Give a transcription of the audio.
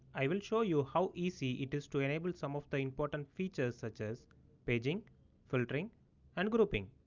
i will show you how easy it is to enable some of the important features such as paging filtering and grouping.